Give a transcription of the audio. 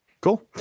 Cool